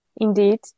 Indeed